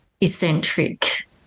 eccentric